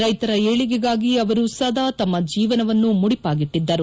ರೈತರ ಏಳಿಗೆಗಾಗಿ ಅವರು ಸದಾ ತಮ್ಮ ಜೀವನವನ್ನು ಮುಡಿಪಾಗಿಟ್ಟಿದ್ದರು